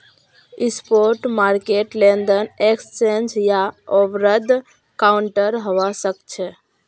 spot market लेनदेन exchange या over the counter हवा सक्छे